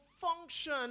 function